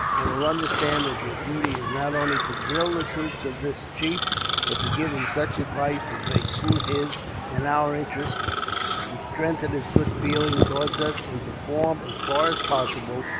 and will understand that your duty is not only to drill the troops of this chief but to give him such advice as may suit his and our interests to strengthen his good feeling towards us and to form, as far as possible,